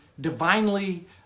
divinely